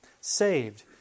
saved